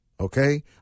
Okay